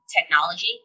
technology